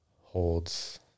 holds